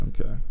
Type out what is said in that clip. Okay